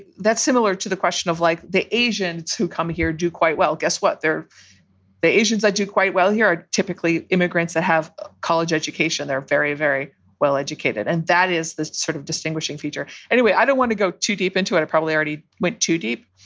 that's similar to the question of like the asians who come here do quite well. guess what? they're the asians. i do quite well here are typically immigrants that have college education. they're very, very well educated. and that is the sort of distinguishing feature. anyway, i don't want to go too deep into it. i probably already went too deep.